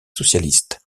socialiste